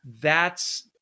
that's-